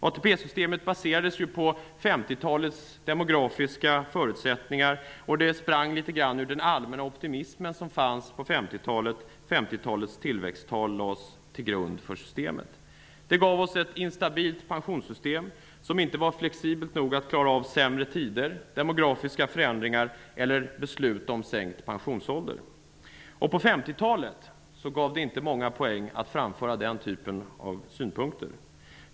ATP-systemet baserades ju på 50-talets demografiska förutsättningar. Det sprang litet grand ur den allmänna optimism som fanns på 50 talet. 50-talets tillväxttal lades till grund för systemet. Det gav oss ett instabilt pensionssystem som inte var flexibelt nog att klara av sämre tider, demografiska förändringar eller beslut om sänkt pensionsålder. På 50-talet gav det inte många poäng att framföra den typen av synpunkter.